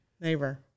Neighbor